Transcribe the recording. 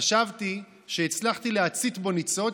חשבתי שהצלחתי להצית בו ניצוץ,